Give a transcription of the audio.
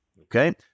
okay